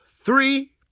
three